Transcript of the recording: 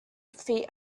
feet